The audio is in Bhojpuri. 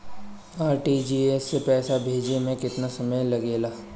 आर.टी.जी.एस से पैसा भेजे में केतना समय लगे ला?